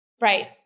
Right